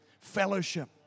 Fellowship